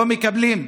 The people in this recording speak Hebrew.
לא מקבלים.